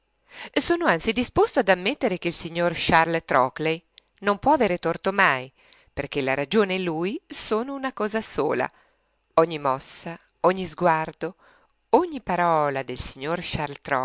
ragione sono anzi disposto ad ammettere che il signor charles trockley non può aver torto mai perché la ragione e lui sono una cosa sola ogni mossa ogni sguardo ogni parola del signor charles